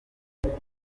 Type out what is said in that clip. ariko